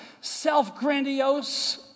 self-grandiose